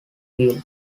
wheel